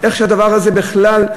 איך הדבר הזה בכלל,